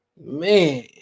Man